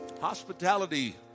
hospitality